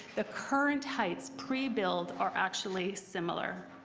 the current heights prebuild are actually similar.